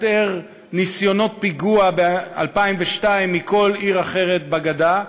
ניסיונות פיגוע ב-2002 מכל עיר אחרת בגדה,